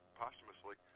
posthumously